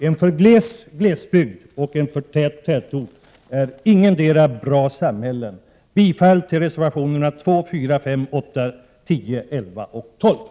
En för gles glesbygd och en för tät tätort är ingendera ett bra samhälle.